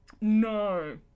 No